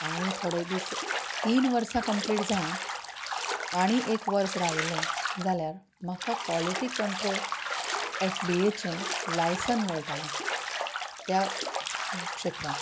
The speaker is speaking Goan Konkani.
आनी थोडें दिस तीन वर्सां कम्प्लीट जावन आनी एक वर्स राविल्लें जाल्यार म्हाका कॉलिटी कंट्रोल एफडीए चें लायसन्स मेळटालें त्या क्षेत्रान